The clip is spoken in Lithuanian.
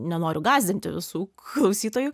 nenoriu gąsdinti visų klausytojų